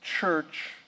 church